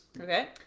Okay